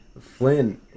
Flynn